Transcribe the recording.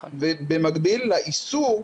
במקביל לאיסור,